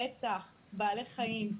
רצח בעלי חיים,